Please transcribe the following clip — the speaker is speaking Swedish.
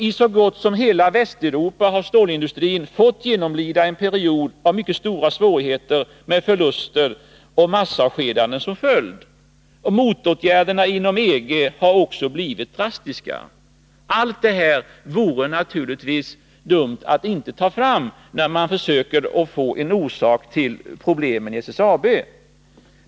I så gott som hela Västeuropa har stålindustrin fått genomlida en period av mycket stora svårigheter med förluster och massavskedanden som följd. Nr 48 Motåtgärderna inom EG har också blivit drastiska. Det vore naturligtvis Torsdagen den dumt att inte ta fram allt det här när man försöker att finna en orsak till 10) december 1981 problemen i SSAB.